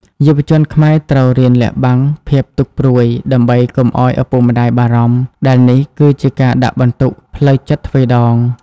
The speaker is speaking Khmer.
យុវជនខ្មែរត្រូវរៀនលាក់បាំងភាពទុក្ខព្រួយ ដើម្បីកុំឱ្យឪពុកម្តាយបារម្ភ ដែលនេះគឺជាការដាក់បន្ទុកផ្លូវចិត្តទ្វេដង។